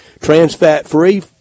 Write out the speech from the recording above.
Trans-fat-free